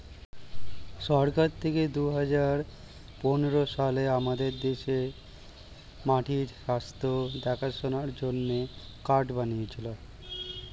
সরকার থেকে দুহাজার পনেরো সালে আমাদের দেশে মাটির স্বাস্থ্য দেখাশোনার জন্যে কার্ড বানিয়েছিলো